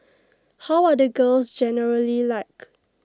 how are the girls generally like